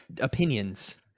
opinions